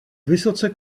vysoce